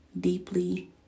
deeply